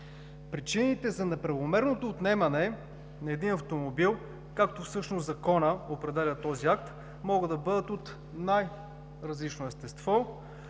Причините за „неправомерното” отнемане на един автомобил, както законът определя този акт, могат да бъдат от най-различно естество.